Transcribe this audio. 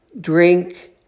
drink